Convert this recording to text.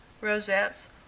rosettes